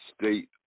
state